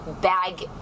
bag